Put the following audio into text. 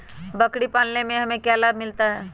बकरी पालने से हमें क्या लाभ मिलता है?